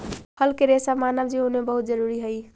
फल के रेसा मानव जीवन में बहुत जरूरी हई